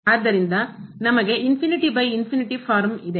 ಆದ್ದರಿಂದ ನಮಗೆ ಫಾರ್ಮ್ ಇದೆ